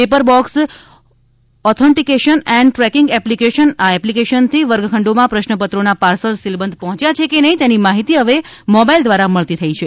paper box authentication and tracking application આ એપ્લિકેશનથી વર્ગખંડોમાં પ્રશ્નપત્રોના પાર્સલ સીલબંધ પહોંચ્યા છે કે નહિં તેની માહિતી હવે મોબાઇલ દ્વારા મળતી થઇ છે